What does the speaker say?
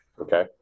okay